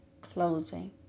closing